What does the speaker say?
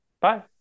bye